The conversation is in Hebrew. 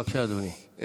בבקשה, אדוני.